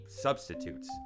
substitutes